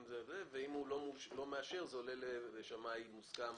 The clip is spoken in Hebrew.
אם הוא לא מאשר, זה עולה לשמאי מכריע.